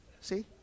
See